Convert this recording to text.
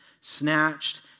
snatched